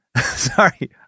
Sorry